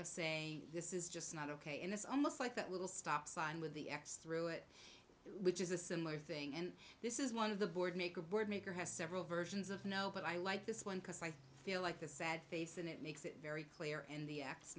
of saying this is just not ok and it's almost like that little stop sign with the x through it which is a similar thing and this is one of the board make a board maker has several versions of no but i like this one because i feel like the sad face and it makes it very clear in the acts